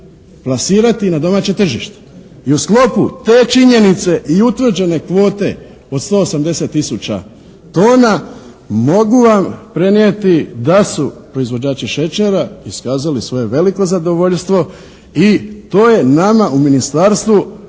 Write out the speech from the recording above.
plasirati i na domaće tržište. I u sklopu te činjenice i utvrđene kvote od 180 000 tona mogu vam prenijeti da su proizvođači šećera iskazali svoje veliko zadovoljstvo i to je nama u ministarstvu